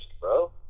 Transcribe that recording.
bro